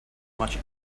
much